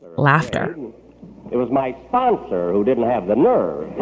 laughter it was my sponsor who didn't have the nerve.